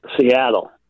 Seattle